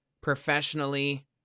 professionally